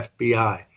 FBI